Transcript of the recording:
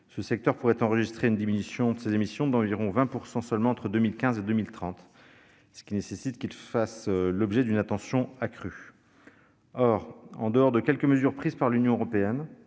ce secteur pourrait enregistrer une diminution de ses émissions d'environ 20 % seulement entre 2015 et 2030, ce qui nécessite qu'il fasse l'objet d'une attention accrue. Or, en dehors de quelques mesures prises par l'Union européenne,